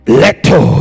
leto